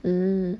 mm